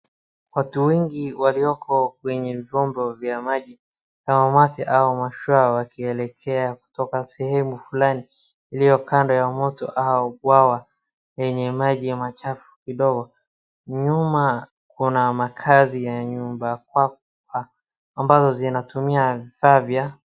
Watu wengi walioko kwenye vyombo vya maji au umati au mashua wakielekea kutoka sehemu flani iliyo kando ya mto au bwawa yenye maji machafu kidogo. Nyuma kuna makaazi ya nyumba kwakwa ambayo zinatumia vifaa vya.